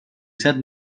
set